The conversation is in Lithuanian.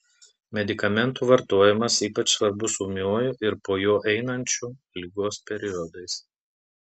medikamentų vartojimas ypač svarbus ūmiuoju ir po jo einančiu ligos periodais